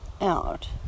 out